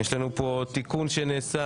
יש לנו פה תיקון שנעשה